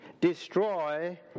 destroy